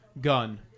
gun